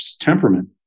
temperament